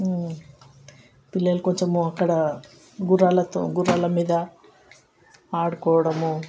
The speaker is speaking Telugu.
పిల్లలు కొంచెము అక్కడ గుర్రాలతో గుర్రాల మీద ఆడుకోవడము